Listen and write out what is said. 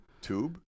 tube